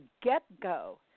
get-go